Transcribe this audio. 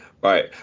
Right